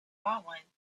fallen